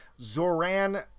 zoran